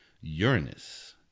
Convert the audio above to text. Uranus